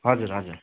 हजुर हजुर